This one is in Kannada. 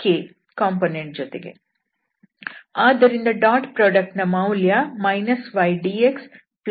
ಆದ್ದರಿಂದ ಡಾಟ್ ಪ್ರೋಡಕ್ಟ್ ನ ಮೌಲ್ಯ ydxxdy xyzdz